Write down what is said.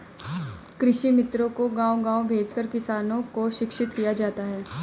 कृषि मित्रों को गाँव गाँव भेजकर किसानों को शिक्षित किया जाता है